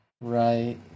Right